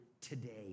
today